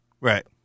Right